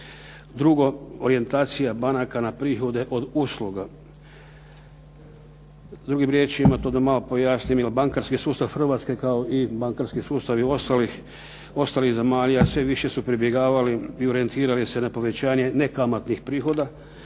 drugo orijentacija banaka na prihode od usluga, drugim riječima da to malo pojasnim. Bankarski sustav Hrvatske kao i bankarski sustavi ostalih zemalja sve više su pribjegavali i orijentirali se na povećanje nekamatnih prihoda